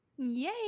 yay